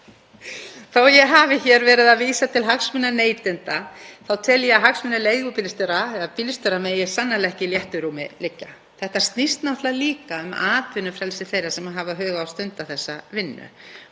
að ég hafi hér verið að vísa til hagsmuna neytenda þá tel ég að hagsmunir leigubílstjóra eða bílstjóra megi sannarlega ekki í léttu rúmi liggja. Þetta snýst náttúrlega líka um atvinnufrelsi þeirra sem hafa hug á að stunda þessa vinnu